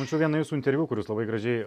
mačiau vieną jūsų interviu kur jūs labai gražiai